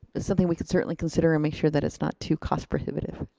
that's something we can certainly consider and make sure that it's not too cost prohibitive.